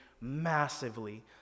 massively